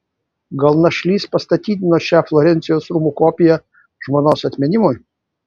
gal našlys pastatydino šią florencijos rūmų kopiją žmonos atminimui